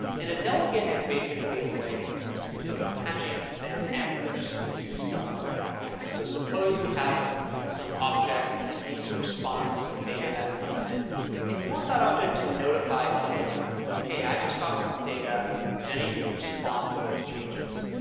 and a delegate is basically a way of attaching event handlers to some other object. so suppose you have some object and it needs to respond to some data that comes in and you want that object to notify somebody else, that hey, i just got some data and i need you to respond to those changes.